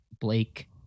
Blake